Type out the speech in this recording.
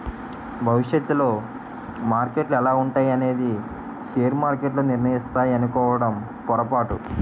భవిష్యత్తులో మార్కెట్లు ఎలా ఉంటాయి అనేది షేర్ మార్కెట్లు నిర్ణయిస్తాయి అనుకోవడం పొరపాటు